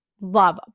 love